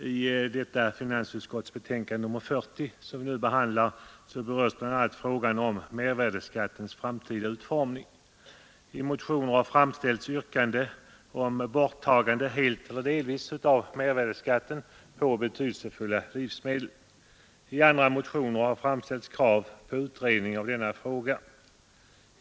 Herr talman! I finansutskottets betänkande nr 40, som vi nu behandlar, berörs bl.a. frågan om mervärdeskattens framtida utformning. I motionen har framställts yrkande om borttagande helt eller delvis av mervärdeskatten på betydelsefulla livsmedel. I andra motioner har framställts krav på utredning av denna fråga.